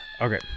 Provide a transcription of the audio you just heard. Okay